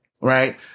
right